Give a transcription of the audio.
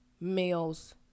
males